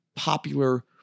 popular